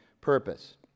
purpose